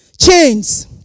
Chains